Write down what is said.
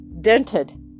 dented